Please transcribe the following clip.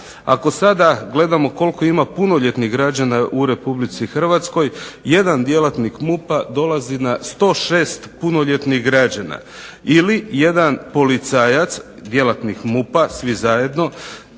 Ako sada gledamo koliko ima punoljetnih građana u Republici Hrvatskoj jedan djelatnik MUP-a dolazi na 106 punoljetnih građana. Ili jedan policajac, djelatnik MUP-a, svi zajedno,